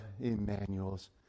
Emmanuel's